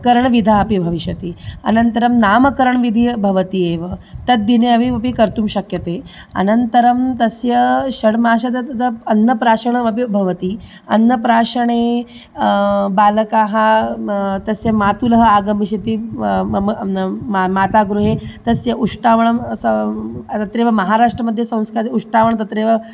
कर्णविधा अपि भविष्यति अनन्तरं नामकरणविधिः भवति एव तद्दिने अपि मपि कर्तुं शक्यते अनन्तरं तस्य षड्मासतः तथा अन्नप्राशनमपि भवति अन्नप्राशने बालकाः तस्य मातुलः आगमिष्यति मम न मातृगृहे तस्य उष्टावणं सां तत्रैव महाराष्ट्रमध्ये संस्कारः उष्टावणं तत्रैव